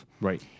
right